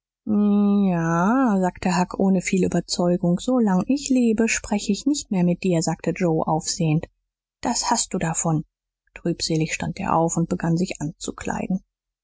a sagte huck ohne viel überzeugung so lang ich lebe sprech ich nicht mehr mit dir sagte joe aufsehend das hast du davon trübselig stand er auf und begann sich anzukleiden